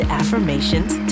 affirmations